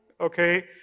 okay